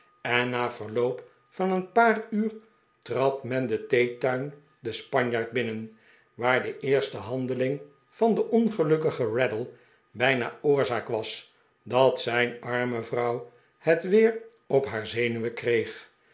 en na verlodp van een paar uur trad men den theetuin de spanjaard binnen waar de eerste handeling van den ongelukkigen raddle bijna oorzaak was dat zijn arme vrouw het weer op haar zenuwen kreeg